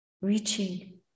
Reaching